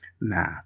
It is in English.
nah